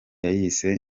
yayise